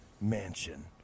Mansion